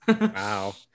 Wow